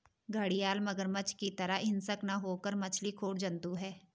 घड़ियाल मगरमच्छ की तरह हिंसक न होकर मछली खोर जंतु है